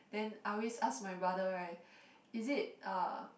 then always ask my brother right is it uh